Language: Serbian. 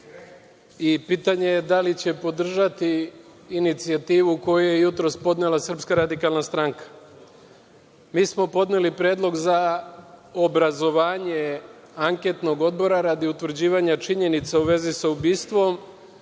i pitanje je – da li će podržati inicijativu koju je jutros podnela SRS? Mi smo podneli predlog za obrazovanje anketnog odbora radi utvrđivanja činjenica u vezi sa ubistvom